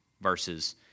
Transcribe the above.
versus